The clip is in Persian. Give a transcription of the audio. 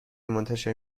منتشر